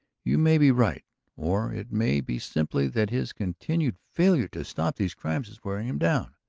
you may be right or it may be simply that his continued failure to stop these crimes is wearing him down.